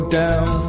down